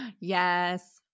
Yes